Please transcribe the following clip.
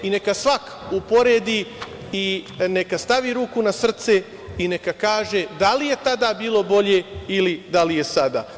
Neka svako uporedi i neka stavi ruku na srce i neka kaže da li je tada bilo bolje ili da li je sada?